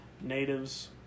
natives